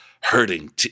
hurting